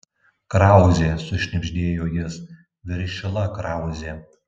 krauzė sušnibždėjo jis viršila krauzė